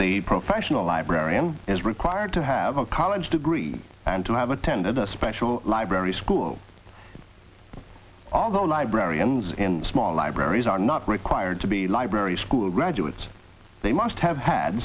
the professional librarian is required to have a college degree and to have attended a special library school although librarians in small libraries are not required to be library school graduates they must have had